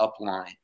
Upline